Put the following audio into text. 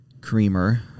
creamer